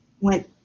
went